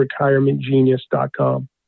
retirementgenius.com